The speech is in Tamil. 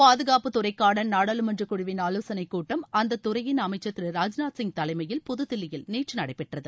பாதுகாப்புத் துறைக்கான நாடாளுமன்ற குழுவின் ஆலோசனை கூட்டம் அந்த துறையின் அமைச்சர் திரு ராஜ்நாத் சிங் தலைமையில் புதுதில்லியில் நேற்று நடைபெற்றது